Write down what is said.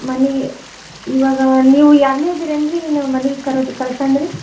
ಮನೆ ಇವಾಗಾ ನೀವು ಎಲ್ಲಿ ಇದ್ದೀರ ಏನು ರೀ ನೀವು ಮನಿಗೆ ಕರ್ದು ಕಳಸನ ರೀ